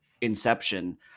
Inception